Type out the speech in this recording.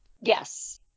Yes